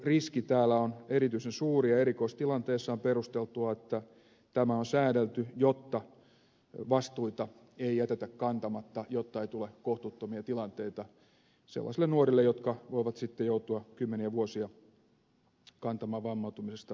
riski täällä on erityisen suuri ja erikoistilanteessa on perusteltua että tämä on säädeltyä jotta vastuita ei jätetä kantamatta jotta ei tule kohtuuttomia tilanteita sellaisille nuorille jotka voivat sitten joutua kymmeniä vuosia kantamaan vammautumisesta aiheutuvaa haittaa